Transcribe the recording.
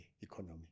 economy